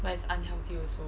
but is unhealthy also